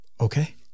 okay